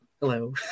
hello